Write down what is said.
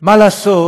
מה לעשות,